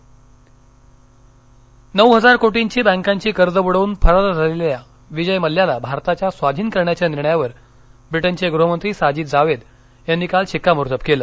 विजय मल्ल्या नऊ हजार कोटींची बँकांची कर्ज बूडवून फरार झालेल्या विजय मल्ल्याला भारताच्या स्वाधीन करण्याच्या निर्णयावर ब्रिटनचे गृहमंत्री साजिद जावेद यांनी काल शिक्कामोर्तब केलं